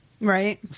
right